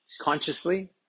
consciously